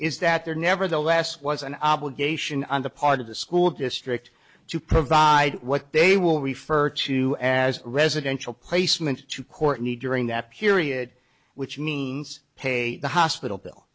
is that they are nevertheless was an obligation on the part of the school district to provide what they will refer to as residential placement to courtney during that period which means pay the hospital bill